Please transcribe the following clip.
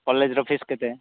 କଲେଜ୍ର ଫିସ୍ କେତେ